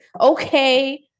okay